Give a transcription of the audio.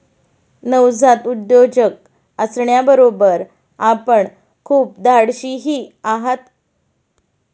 नवजात उद्योजक असण्याबरोबर आपण खूप धाडशीही आहात